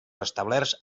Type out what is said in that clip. establerts